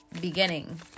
beginning